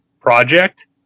project